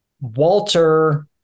Walter